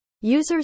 users